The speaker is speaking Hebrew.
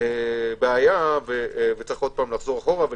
בעיה ויש לחזור אחורה.